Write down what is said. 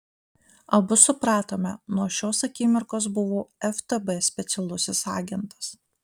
abu supratome nuo šios akimirkos buvau ftb specialusis agentas